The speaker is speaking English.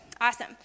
awesome